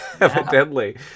evidently